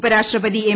ഉപരാഷ്ട്രപതി എം